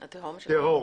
התהום,